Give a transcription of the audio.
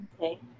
Okay